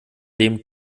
dem